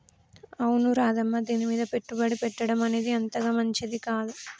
అవును రాధమ్మ దీనిమీద పెట్టుబడి పెట్టడం అనేది అంతగా మంచిది కాదు